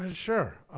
and sure.